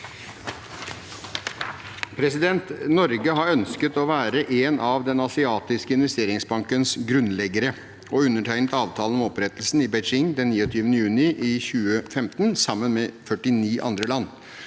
Norge har ønsket å være en av Den asiatiske investeringsbankens grunnleggere og undertegnet avtalen om opprettelse i Beijing den 29. juni 2015 sammen med 49 andre land.